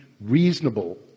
reasonable